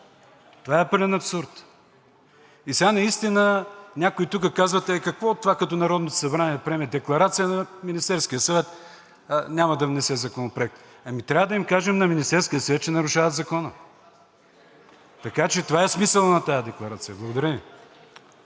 Това е пълен абсурд! И сега наистина някои тука казват: „Е, какво от това, като Народното събрание приеме декларация, Министерският съвет няма да внесе Законопроекта.“ Ами трябва да им кажем на Министерския съвет, че нарушават закона. Така че това е смисълът на тази декларация. Благодаря Ви.